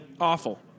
Awful